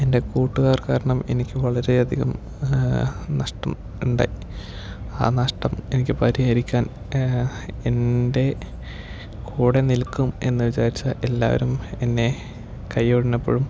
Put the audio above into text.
എൻ്റെ കൂട്ടുകാർ കാരണം എനിക്ക് വളരെ അധികം നഷ്ടം ഉണ്ട് ആ നഷ്ടം എനിക്ക് പരിഹരിക്കാൻ എൻ്റെ കൂടെ നിൽക്കും എന്ന് വിചാരിച്ച എല്ലാവരും എന്നെ കൈയ്യൊഴിഞ്ഞപ്പോഴും